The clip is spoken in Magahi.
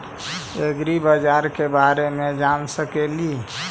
ऐग्रिबाजार के बारे मे जान सकेली?